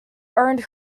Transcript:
earned